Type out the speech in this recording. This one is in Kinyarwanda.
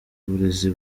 burezi